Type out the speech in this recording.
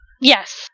Yes